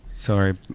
Sorry